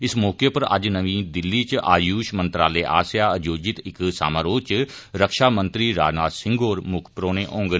इस मौके पर अज्ज नमीं दिल्ली इच आयुष मंत्रालय आस्सैआ आयोजित इक समारोह इच रक्षा मंत्री राजनाथ सिंह होर मुक्ख परौहने होंगन